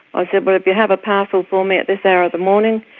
ah i said, well, if you have a parcel for me at this hour of the morning,